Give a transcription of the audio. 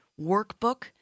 workbook